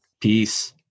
Peace